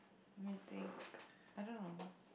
me think I dunno